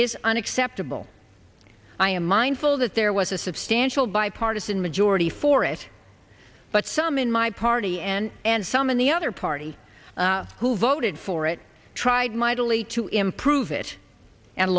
is unacceptable i am mindful that there was a substantial bite partisan majority for it but some in my party and and some in the other party who voted for it tried mightily to improve it and